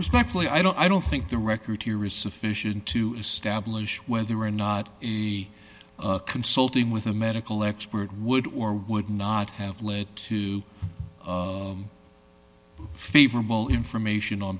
respectfully i don't i don't think the record here is sufficient to establish whether or not consulting with a medical expert would or would not have led to favorable information on